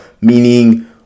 meaning